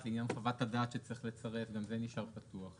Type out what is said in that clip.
גם עניין חוות הדעת שצריך לצרף, גם זה נשאר פתוח.